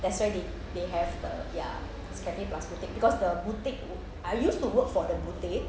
that's why they they have the ya it's cafe plus boutique because the boutique I used to work for the boutique